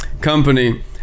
company